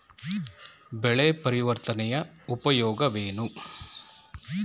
ಬೆಳೆ ಪರಿವರ್ತನೆಯ ಉಪಯೋಗವೇನು?